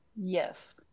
Yes